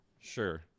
sure